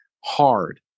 hard